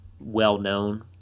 well-known